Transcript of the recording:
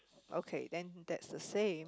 okay then that's the same